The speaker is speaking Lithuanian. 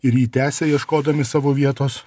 ir jį tęsia ieškodami savo vietos